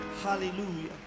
hallelujah